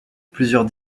plusieurs